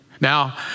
Now